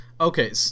Okay